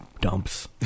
dumps